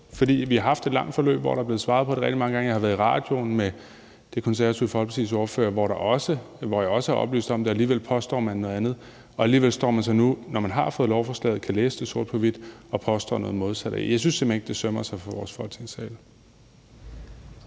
For vi har haft et langt forløb, hvor der er blevet svaret på det rigtig mange gange. Jeg har været i radioen med Det Konservative Folkepartis ordfører, hvor jeg også oplyste om det, og alligevel påstår man noget andet, og alligevel står man så nu, når man har fået lovforslaget og kan læse det sort på hvidt, og påstår noget modsat. Jeg synes simpelt hen ikke, at det sømmer sig for vores Folketingssal.